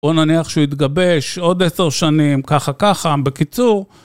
בואו נניח שהוא יתגבש עוד עשר שנים, ככה ככה, בקיצור.